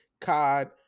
Cod